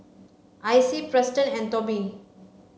Icy Preston and Tobie